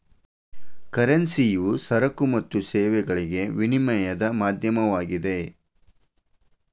ಕರೆನ್ಸಿಯು ಸರಕು ಮತ್ತು ಸೇವೆಗಳಿಗೆ ವಿನಿಮಯದ ಮಾಧ್ಯಮವಾಗಿದೆ